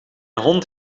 hond